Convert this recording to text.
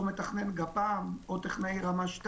או מתכנן גפ"מ או טכנאי רמה 2